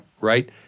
Right